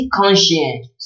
conscience